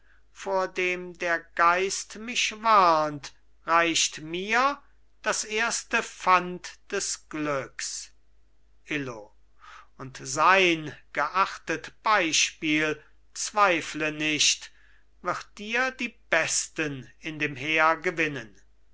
vor dem der geist mich warnt reicht mir das erste pfand des glücks illo und sein geachtet beispiel zweifle nicht wird dir die besten in dem heer gewinnen